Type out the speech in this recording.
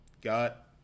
got